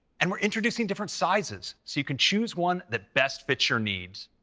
and we're introducing different sizes, so you can choose one that best fits your needs.